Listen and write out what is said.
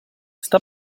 sta